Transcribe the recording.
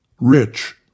Rich